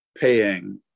paying